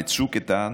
בצוק איתן,